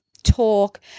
talk